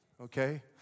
Okay